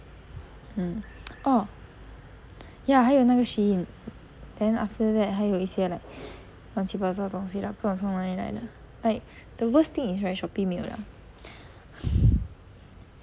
um orh ya 还有那个 SHEIN then after that 还有一些 like 乱七八糟的东西 lah 不懂从哪里来的 like the worst thing is right Shopee 没有了